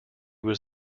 was